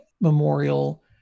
memorial